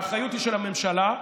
האחריות היא של הממשלה,